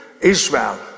Israel